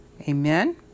amen